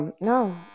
no